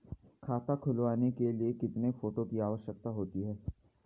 खाता खुलवाने के लिए कितने फोटो की आवश्यकता होती है?